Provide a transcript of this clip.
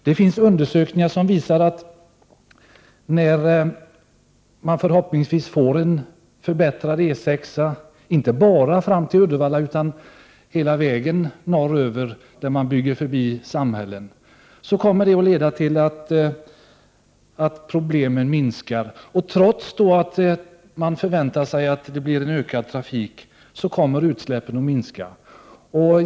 Det har gjorts undersökningar som visar att när man förhoppningsvis får en förbättrad E 6, inte bara fram till Uddevalla utan hela vägen norröver där man bygger förbi samhällen, så kommer problemen att minska. Och trots att man förväntar sig ökad trafik, kommer utsläppen att minska.